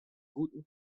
guten